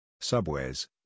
Subways